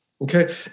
Okay